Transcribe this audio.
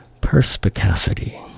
Perspicacity